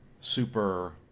super